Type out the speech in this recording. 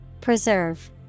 Preserve